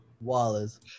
Wallace